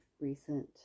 recent